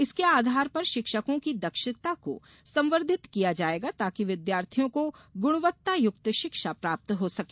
इसके आधार पर शिक्षकों की दक्षता को संवर्धित किया जाएगा ताकि विद्यार्थियों को गुणवत्तायुक्त शिक्षा प्राप्त हो सके